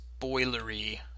spoilery